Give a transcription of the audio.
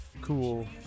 cool